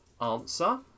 answer